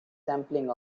sampling